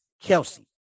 Kelsey